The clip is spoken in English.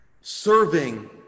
serving